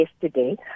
Yesterday